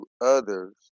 others